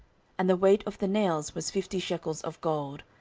and the weight of the nails was fifty shekels of gold.